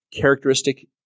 characteristic